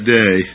day